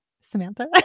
Samantha